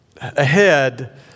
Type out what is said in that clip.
ahead